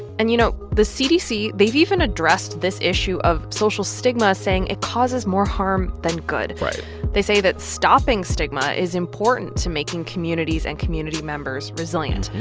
and, you know, the cdc they've even addressed this issue of social stigma, saying it causes more harm than good right they say that stopping stigma is important to making communities and community members resilient.